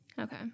Okay